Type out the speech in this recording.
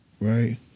right